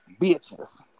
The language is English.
bitches